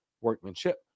workmanship